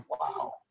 Wow